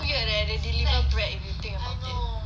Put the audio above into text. okay leh there's a little bread in anything you eat